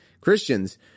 Christians